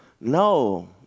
No